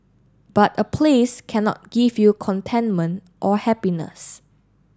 but a place cannot give you contentment or happiness